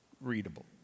readable